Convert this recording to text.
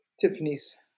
Tiffany's